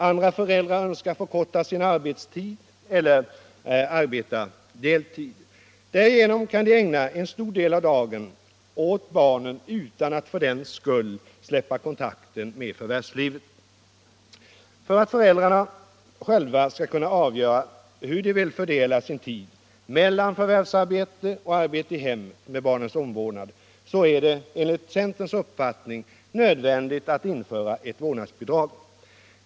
Andra föräldrar önskar förkorta sin arbetstid eller arbeta deltid. Därigenom kan de ägna en stor del av dagen åt barnen, utan att för den skull släppa kontakten med förvärvslivet. För att föräldrarna själva skall kunna avgöra hur de vill fördela sin tid mellan förvärvsarbete och arbete i hemmet med barnens omvårdnad är det enligt centerpartiets uppfattning nödvändigt att införa ett vårdnadsbidrag.